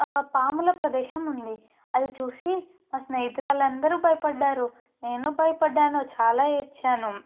పాముల ప్రదేశం ఉంది అది చూసి మా స్నేహితురాళ్ళు అందరు భయపడ్డారు నేనూ భయపడ్డాను చాలా ఏడ్చాను